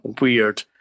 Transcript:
weird